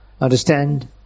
understand